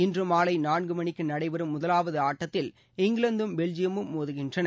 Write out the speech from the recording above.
இன்று மாலை நான்கு மணிக்கு நடைபெறும் முதலாவது ஆட்டத்தில் இங்கிலாந்தும் பெல்ஜியமும் மோதுகின்றன